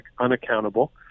unaccountable